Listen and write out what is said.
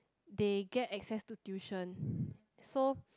they get access to tuition so